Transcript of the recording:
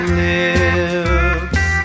lips